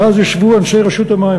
ואז ישבו אנשי רשות המים,